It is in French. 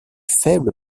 faible